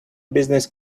business